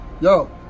Yo